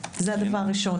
הראשון.